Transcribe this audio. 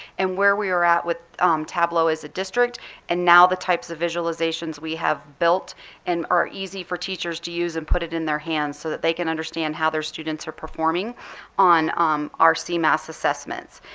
and where we are at with tableau as a district and now the types of visualizations we have built and are easy for teachers to use and put it in their hands so that they can understand how their students are performing on um our cmas assessments.